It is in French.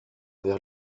vers